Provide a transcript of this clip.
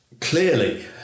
Clearly